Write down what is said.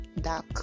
dark